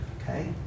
Okay